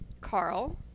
Carl